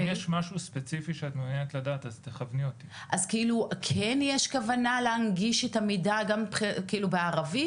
אז כן יש כוונה להנגיש את המידע בערבית?